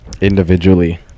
Individually